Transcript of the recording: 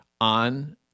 on